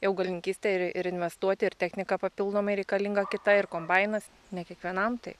į augalininkystę ir ir investuoti ir techniką papildomai reikalinga kita ir kombainas ne kiekvienam tai